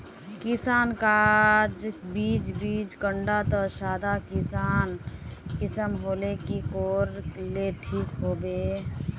किसम गाज बीज बीज कुंडा त सादा किसम होले की कोर ले ठीक होबा?